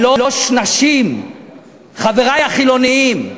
חברי החילונים,